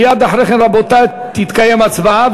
מייד אחרי כן, רבותי, תתקיים הצבעה.